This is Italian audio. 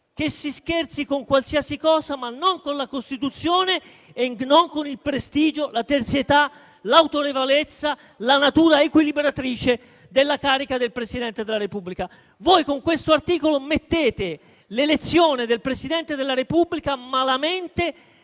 che si scherzi con qualsiasi cosa, ma non con la Costituzione e non con il prestigio, la terzietà, l'autorevolezza, la natura equilibratrice della carica del Presidente della Repubblica. Voi, con questo articolo, mettete l'elezione del Presidente della Repubblica malamente